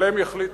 אבל הם יחליטו.